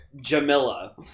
Jamila